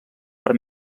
per